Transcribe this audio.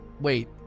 Wait